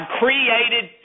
created